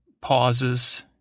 pauses